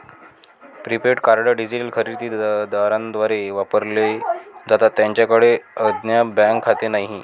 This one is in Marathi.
प्रीपेड कार्ड डिजिटल खरेदी दारांद्वारे वापरले जातात ज्यांच्याकडे अद्याप बँक खाते नाही